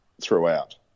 throughout